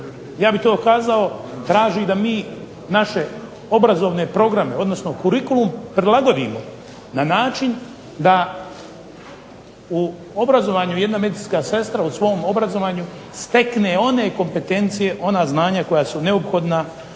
Ja bih to kazao, traži da mi naše obrazovne programe odnosno kurikulum prilagodimo na način da u obrazovanju, jedna medicinska sestra u svom obrazovanju stekne one kompetencije, ona znanja koja su neophodna